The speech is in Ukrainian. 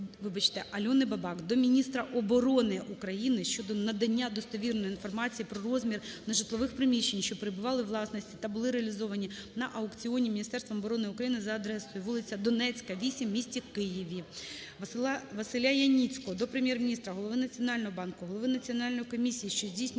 Альони Бабак до міністра оборони України щодо надання достовірної інформації про розмір нежитлових приміщень, що перебували у власності та були реалізовані на аукціоні Міністерством оборони України за адресою вул. Донецька, 8 в м. Києві. ВасиляЯніцького до Прем'єр-міністра, Голови Національного банку, голови Національної комісії, що здійснює